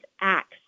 ACTS